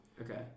Okay